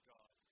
God